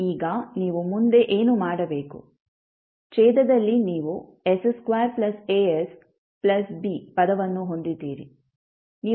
ಈಗ ನೀವು ಮುಂದೆ ಏನು ಮಾಡಬೇಕು ಛೇದದಲ್ಲಿ ನೀವು s2asb ಪದವನ್ನು ಹೊಂದಿದ್ದೀರಿ